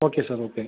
okay sir okay